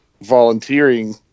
volunteering